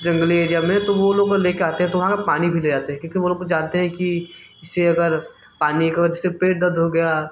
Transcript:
जंगली एरिया में तो वो लोग ले के आते हैं तो वहाँ का पानी भी ले आते है क्योंकि वो लोग जानते है कि इससे अगर पानी को जैसे पेट दर्द हो गया